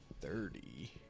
thirty